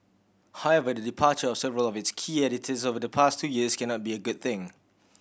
however the departure of several of its key editors over the past two years cannot be a good thing